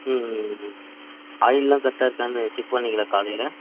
ம் ம் ம் ம் ஆயிலெல்லாம் கரெக்டா இருக்கான்னு செக் பண்ணீங்களா காலையில்